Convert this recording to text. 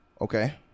Okay